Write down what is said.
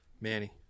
Manny